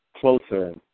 closer